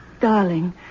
Darling